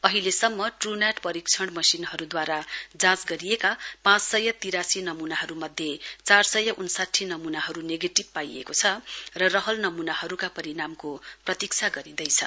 अहिलेसम्म TrueNat परीक्षण मशिनहरूद्वारा जाँच गरिएका पाँच सय तिरासी नमूनाहरूमध्ये चार सय उन्साठी नमूनाहरू नेगेटिभ पाइएको छ रहल नमूनाहरूका परिणामको प्रतीक्षा गरिँदैछ